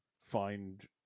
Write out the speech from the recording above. find